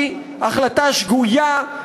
היא החלטה שגויה,